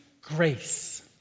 grace